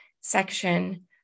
section